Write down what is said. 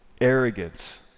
arrogance